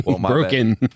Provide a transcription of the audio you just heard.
broken